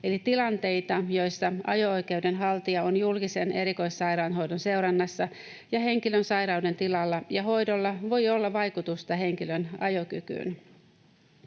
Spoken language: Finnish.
tilanteita, joissa ajo-oikeuden haltija on julkisen erikoissairaanhoidon seurannassa ja henkilön sairauden tilalla ja hoidolla voi olla vaikutusta henkilön ajokykyyn.